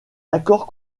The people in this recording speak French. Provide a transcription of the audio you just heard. accords